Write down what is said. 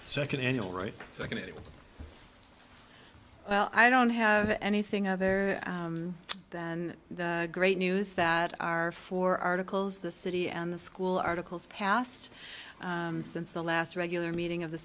second annual right second eight well i don't have anything other than the great news that our four articles the city and the school articles passed since the last regular meeting of the